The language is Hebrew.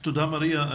תודה, מריה.